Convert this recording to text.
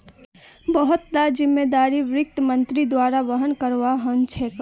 बहुत ला जिम्मेदारिक वित्त मन्त्रीर द्वारा वहन करवा ह छेके